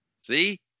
See